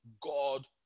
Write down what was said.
God